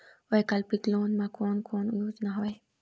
वैकल्पिक लोन मा कोन कोन योजना हवए?